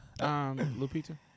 Lupita